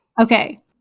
Okay